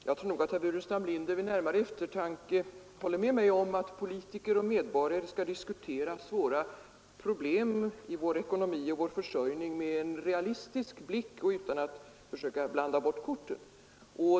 Fru talman! Jag tror nog att herr Burenstam Linder vid närmare eftertanke håller med mig om att politiker och medborgare skall diskutera svåra problem i vår ekonomi och vår försörjning med realistisk blick och utan att försöka blanda bort korten.